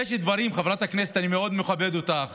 מוטטנו ממשלה